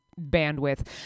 bandwidth